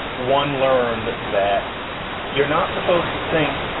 one learned that you're not supposed to think,